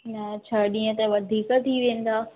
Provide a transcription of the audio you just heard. न छह ॾींहं त वधीक थी वेंदा